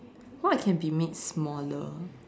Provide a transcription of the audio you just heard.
what can be made smaller